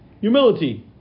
humility